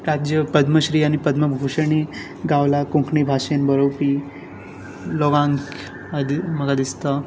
राज्य आनी पद्मश्री आनी पद्मविभूशण गांवला कोंकणी भाशेन बरोवपी लोकां म्हाका दिसता